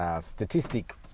Statistic